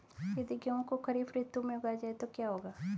यदि गेहूँ को खरीफ ऋतु में उगाया जाए तो क्या होगा?